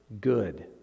good